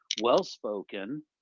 well-spoken